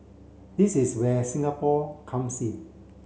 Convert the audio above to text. this is where Singapore comes in